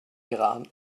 iran